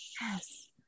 Yes